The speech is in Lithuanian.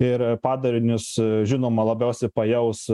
ir padarinius žinoma labiausiai pajaus